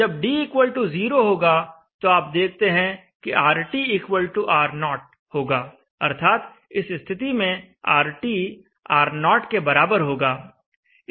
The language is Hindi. जब d 0 होगा तो आप देखते हैं कि RT R0 होगा अर्थात इस स्थिति में RT R0 के बराबर होगा